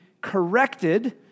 corrected